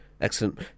Excellent